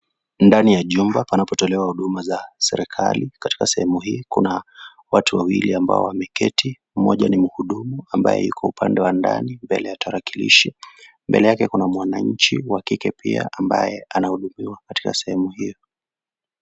Ndani ya jumba panapotolewa huduma za serikali, katika sehemu hii kuna watu wawili ambao wameketi, mmoja ni mhudumu ambaye yuko upande wa ndani mbele ya tarakilishi, mbele yake kuna mwananchi wa kike pia ambaye anahudumiwa katika sehemu hiyo.